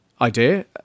idea